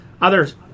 others